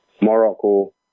Morocco